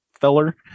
feller